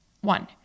One